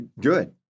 good